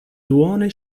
duone